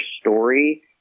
story